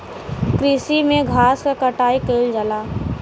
कृषि में घास क कटाई कइल जाला